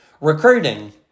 recruiting